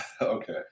Okay